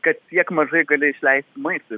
kad tiek mažai gali išleisti maistui